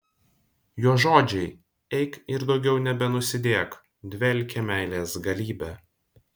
jo žodžiai eik ir daugiau nebenusidėk dvelkia meilės galybe